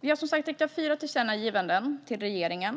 Vi har föreslagit att riksdagen riktar fyra tillkännagivanden till regeringen.